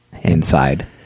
inside